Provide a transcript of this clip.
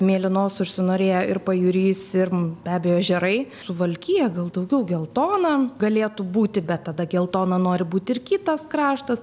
mėlynos užsinorėjo ir pajūris ir be abejo ežerai suvalkija gal daugiau geltona galėtų būti bet tada geltona nori būti ir kitas kraštas